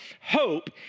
Hope